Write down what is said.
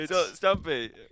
Stumpy